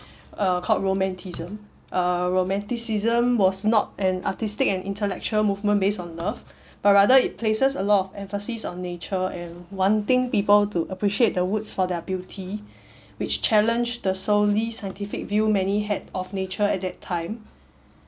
uh called romanticism uh romanticism was not an artistic and intellectual movement based on love but rather it places a lot of emphasis on nature and wanting people to appreciate the woods for their beauty which challenged the solely scientific view many had of nature at that time